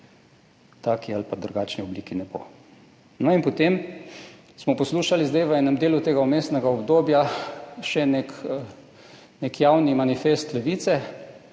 taki ali drugačni obliki, ne bo. No in potem smo poslušali zdaj v enem delu tega vmesnega obdobja še nek javni manifest Levice,